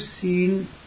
seen